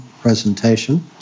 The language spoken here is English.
presentation